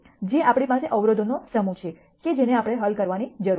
જે આપણી પાસે અવરોધોનો સમૂહ છે કે જેને આપણે હલ કરવાની જરૂર છે